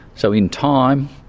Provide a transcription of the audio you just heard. so in time,